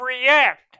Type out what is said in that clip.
react